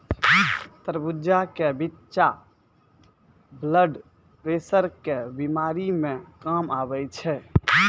तरबूज के बिच्चा ब्लड प्रेशर के बीमारी मे काम आवै छै